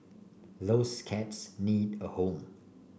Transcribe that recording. those cats need a home